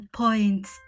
points